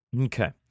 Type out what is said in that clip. Okay